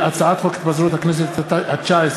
הצעת חוק התפזרות הכנסת התשע-עשרה,